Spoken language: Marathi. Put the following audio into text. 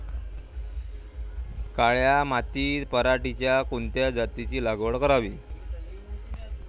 काळ्या मातीत पराटीच्या कोनच्या जातीची लागवड कराव?